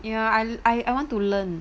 yeah I I I want to learn